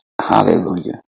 Hallelujah